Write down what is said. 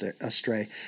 astray